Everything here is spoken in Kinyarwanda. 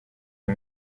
iyo